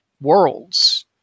worlds